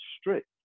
strict